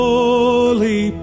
Holy